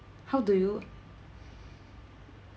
how do you